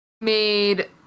made